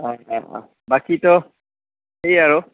অঁ অঁ অঁ বাকীটো সেই আৰু